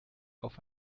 auf